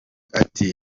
ati